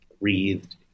breathed